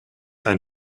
ein